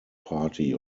party